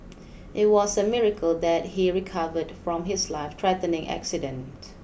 it was a miracle that he recovered from his lifethreatening accident